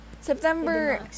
September